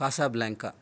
Casablanca